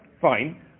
Fine